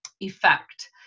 effect